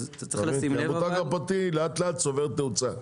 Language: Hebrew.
כי המותג הפרטי לאט לאט צובר תאוצה.